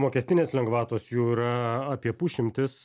mokestinės lengvatos jų yra apie pusšimtis